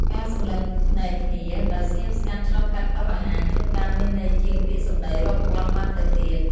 ការសម្លឹងភ្នែកគ្នាដោយស្ងៀមស្ងាត់ឆ្លងកាត់តុអាហារ ជួនកាលមានន័យជាងពាក្យសម្ដីរាប់ពាន់ម៉ាត់ទៅទៀត។